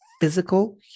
physical